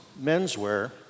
menswear